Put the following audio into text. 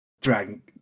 dragon